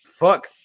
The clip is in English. fuck